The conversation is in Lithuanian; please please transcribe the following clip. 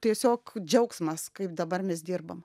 tiesiog džiaugsmas kaip dabar mes dirbam